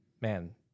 man